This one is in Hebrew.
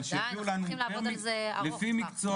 אבל שיביאו לנו לפי מקצוע,